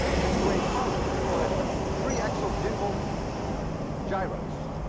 that's the way it's mounted. we call that three-axle-gimbaled gyros.